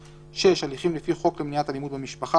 (6) הליכים לפי חוק למניעת אלימות במשפחה,